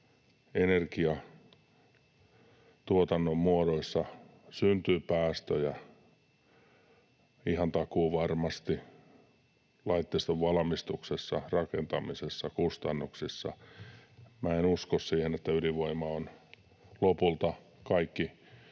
energiatuotannon muodoissa syntyy päästöjä ihan takuuvarmasti, laitteiston valmistuksessa, rakentamisessa, kustannuksissa. Minä en usko siihen, että ydinvoima on lopulta —